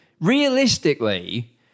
realistically